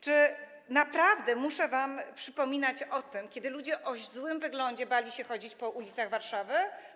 Czy naprawdę muszę wam przypominać o tych czasach, kiedy ludzie o złym wyglądzie bali się chodzić po ulicach Warszawy?